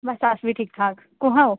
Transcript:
बस अस बी ठीक ठाक कुत्थें ओ